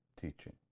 teaching